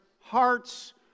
hearts